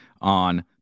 on